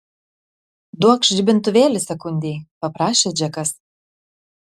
duokš žibintuvėlį sekundei paprašė džekas